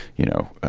you know.